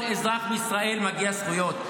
לכל אזרח בישראל מגיעות זכויות,